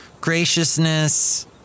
Graciousness